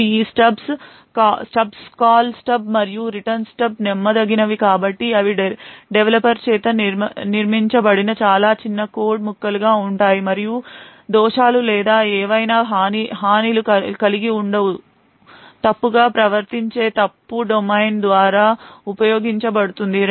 ఇప్పుడు ఈ call stub stubs మరియు రిటర్న్ స్టబ్స్ నమ్మదగినవి కాబట్టి అవి డెవలపర్ చేత నిర్మించబడిన చాలా చిన్న కోడ్ ముక్కలుగా ఉంటాయి మరియు దోషాలు లేదా ఏవైనా హానిలు కలిగి ఉండవు తప్పుగా ప్రవర్తించే ఫాల్ట్ డొమైన్ ద్వారా ఉపయోగించబడుతుంది